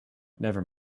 never